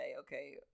okay